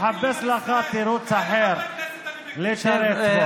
תחפש לך תירוץ אחר לתרץ בו.